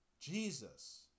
Jesus